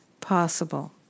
possible